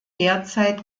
derzeit